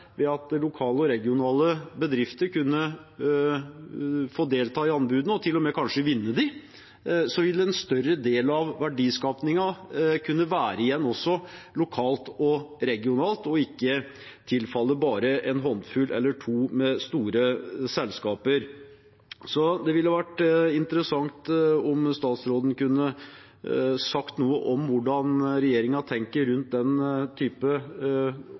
ved å la lokale og regionale bedrifter få delta i anbudene og kanskje til og med vinne dem, ville se at en større del av verdiskapningen kunne være igjen lokalt og regionalt, og ikke tilfalle bare en håndfull eller to store selskaper. Det ville vært interessant om statsråden kunne si noe om hvordan regjeringen tenker rundt den type